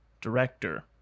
director